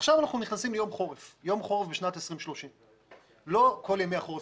עכשיו אנחנו נכנסים ליום חורף בשנת 2030. תגיד